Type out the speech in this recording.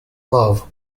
love